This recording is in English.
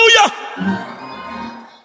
Hallelujah